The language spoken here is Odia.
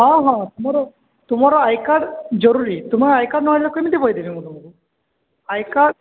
ହଁ ହଁ ତୁମ ତୁମର ଆଇ କାର୍ଡ଼ ଜରୁରୀ ତୁମର ଆଇ କାର୍ଡ଼ ନ ହେଲେ କେମିତି ବହି ଦେବି ମୁଁ ତୁମକୁ ଆଇ କାର୍ଡ଼